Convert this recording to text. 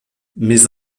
mais